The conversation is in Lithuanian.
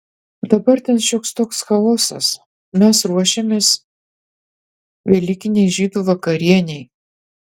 dabar ten šioks toks chaosas mes ruošėmės velykinei žydų vakarienei